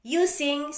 using